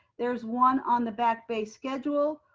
there's one on the back bay schedule,